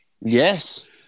Yes